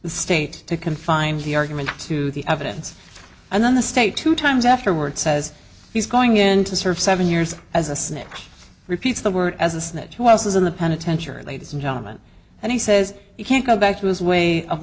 the state to confine the argument to the evidence and then the state two times afterward says he's going in to serve seven years as a snake repeats the word as a snake who else is in the penitentiary ladies and gentleman and he says you can't go back to his way